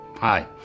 Hi